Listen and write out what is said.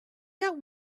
that